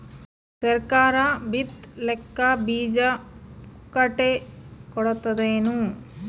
ಸರಕಾರ ಬಿತ್ ಲಿಕ್ಕೆ ಬೀಜ ಪುಕ್ಕಟೆ ಕೊಡತದೇನು?